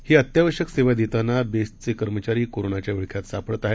ही अत्यावश्यक सेवा देताना बेस्टचे कर्मचारी कोरोनाच्या विळख्यात सापडत आहेत